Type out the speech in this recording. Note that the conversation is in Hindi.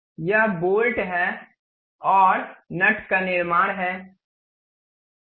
यह बोल्ट और नट का निर्माण है